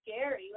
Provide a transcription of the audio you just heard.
scary